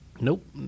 Nope